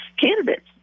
candidates